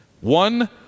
One